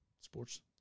Sports